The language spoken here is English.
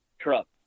truck